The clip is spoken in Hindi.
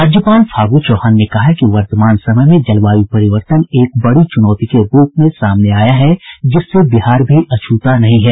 राज्यपाल फागू चौहान ने कहा है कि वर्तमान समय में जलवायु परिवर्तन एक बड़ी चुनौती के रूप में सामने आया है जिससे बिहार भी अछूता नहीं है